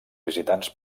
visitants